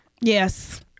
Yes